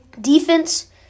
Defense